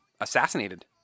assassinated